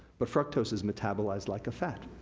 but fructose is metabolized like a fat.